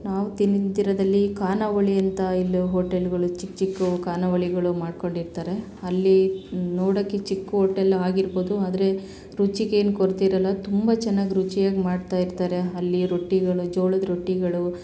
ನಾವು ತಿಂತಿರದ್ರಲ್ಲಿ ಖಾನಾವಳಿ ಅಂತ ಇಲ್ಲಿ ಹೋಟೆಲ್ಗಳು ಚಿಕ್ಕ ಚಿಕ್ಕವು ಖಾನಾವಳಿಗಳು ಮಾಡಿಕೊಂಡಿರ್ತಾರೆ ಅಲ್ಲಿ ನೋಡೋಕ್ಕೆ ಚಿಕ್ಕ ಓಟೆಲ್ ಆಗಿರ್ಬೋದು ಆದರೆ ರುಚಿಗೇನು ಕೊರತೆ ಇರೋಲ್ಲ ತುಂಬ ಚೆನ್ನಾಗಿ ರುಚಿಯಾಗಿ ಮಾಡ್ತಾ ಇರ್ತಾರೆ ಅಲ್ಲಿ ರೊಟ್ಟಿಗಳು ಜೋಳದ ರೊಟ್ಟಿಗಳು